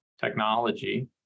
technology